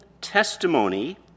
testimony